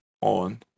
on